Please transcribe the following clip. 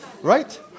right